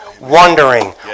Wondering